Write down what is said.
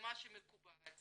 ממה שמקובל,